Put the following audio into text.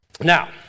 Now